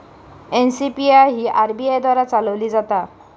NCPI ही RBI द्वारा चालवली जाता